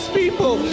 people